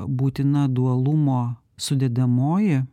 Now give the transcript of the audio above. būtina dualumo sudedamoji